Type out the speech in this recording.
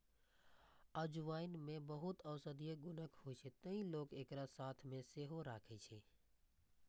अजवाइन मे बहुत औषधीय गुण होइ छै, तें लोक एकरा साथ मे सेहो राखै छै